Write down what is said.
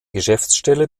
geschäftsstelle